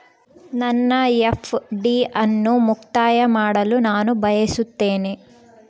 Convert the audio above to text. ನನ್ನ ಎಫ್.ಡಿ ಅನ್ನು ಮುಕ್ತಾಯ ಮಾಡಲು ನಾನು ಬಯಸುತ್ತೇನೆ